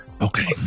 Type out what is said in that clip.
Okay